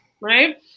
right